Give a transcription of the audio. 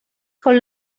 con